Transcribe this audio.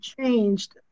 changed